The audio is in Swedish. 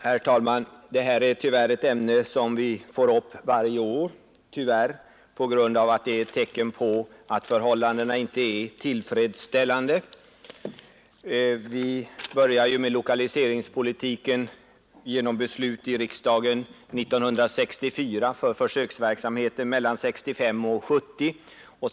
Herr talman! Det här är tyvärr ett ämne som vi får upp varje år. Jag säger tyvärr, därför det är ett tecken på att förhållandena inte är tillfredsställande. Vi började ju med lokaliseringspolitiken genom beslut i riksdagen 1964 rörande försöksverksamheten mellan 1965 och 1970.